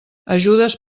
ajudes